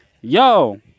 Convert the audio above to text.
Yo